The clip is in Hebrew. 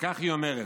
וכך היא אומרת: